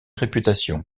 réputation